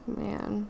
man